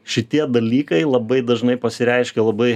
šitie dalykai labai dažnai pasireiškia labai